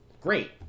great